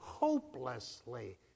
hopelessly